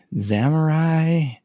Samurai